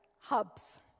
hubs